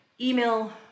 email